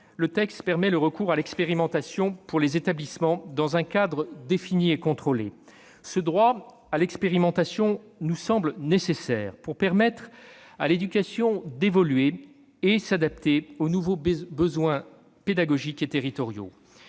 le texte prévoit le recours à l'expérimentation pour les établissements, dans un cadre défini et contrôlé. Ce droit à l'expérimentation nous semble nécessaire pour permettre à l'éducation d'évoluer et de s'adapter aux nouveaux besoins pédagogiques et territoriaux